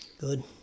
Good